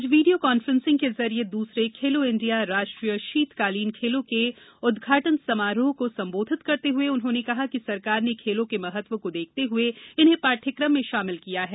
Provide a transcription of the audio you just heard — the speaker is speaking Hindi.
आज वीडियो कॉन्फ्रेंसिंग के जरिए दूसरे खेलो इंडिया राष्ट्रीय शीतकालीन खेलों के उद्घाटन समारोह को संबोधित करते हुए उन्होंने कहा कि सरकार ने खेलों के महत्व को देखते हृए इन्हें पाठ्यक्रम मे शामिल किया है